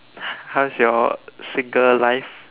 how's your single life